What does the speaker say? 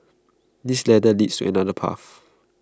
this ladder leads to another path